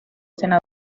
senador